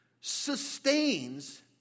sustains